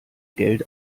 geld